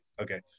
Okay